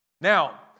Now